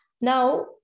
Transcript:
now